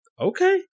okay